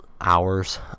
hours